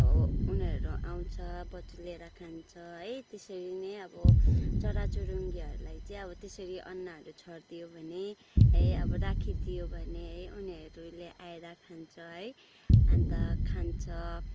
उनीहरू आउँछ बटुलेर खान्छ है त्यसरी नै अब चरा चुरुङ्गीहरूलाई चाहिँ आबो त्यसरी अन्नहरू छरिदियो भने है अब राखिदियो भने है उनीहरूले आएर खान्छ है अन्त खान्छ